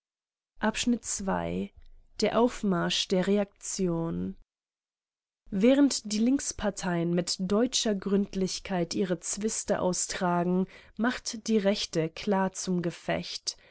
der aufmarsch der reaktion während die linksparteien mit deutscher gründlichkeit ihre zwiste austragen macht die rechte klar zum gefecht